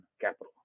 capital